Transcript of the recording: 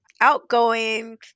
outgoing